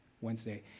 Wednesday